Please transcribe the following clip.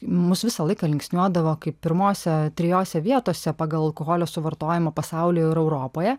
mus visą laiką linksniuodavo kaip pirmose trijose vietose pagal alkoholio suvartojimą pasauly ir europoje